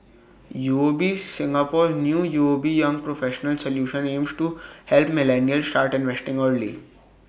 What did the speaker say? U O B Singapore's new U O B young professionals solution aims to help millennials start investing early